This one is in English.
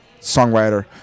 songwriter